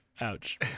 Ouch